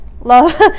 love